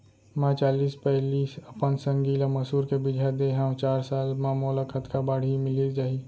मैं चालीस पैली अपन संगी ल मसूर के बीजहा दे हव चार साल म मोला कतका बाड़ही मिलिस जाही?